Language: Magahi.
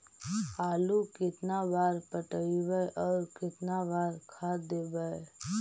आलू केतना बार पटइबै और केतना बार खाद देबै?